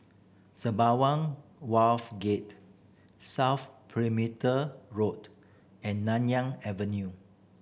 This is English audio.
Sembawang Wharve Gate South Perimeter Road and Nanyang Avenue